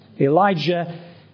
Elijah